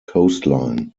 coastline